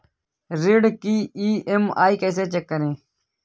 ऋण की ई.एम.आई कैसे चेक करें?